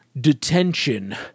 detention